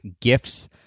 gifts